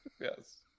Yes